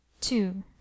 Two